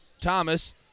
Thomas